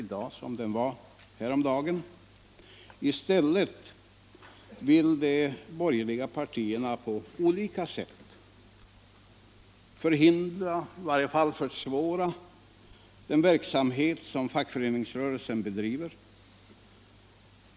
I stället vill de borgerliga partierna på olika sätt förhindra, eller i varje fall försvåra, den verksamhet som fackföreningsrörelsen bedriver.